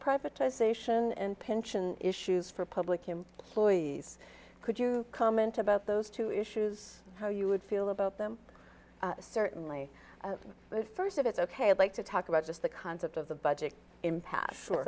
privatization and pension issues for public employees could you comment about those two issues how you would feel about them certainly first of it ok i'd like to talk about just the concept of the budget impass